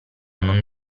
non